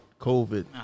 COVID